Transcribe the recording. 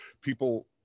people